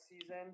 season